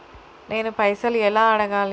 నేను పైసలు ఎలా అడగాలి?